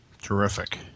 Terrific